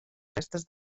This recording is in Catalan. restes